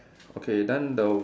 okay then the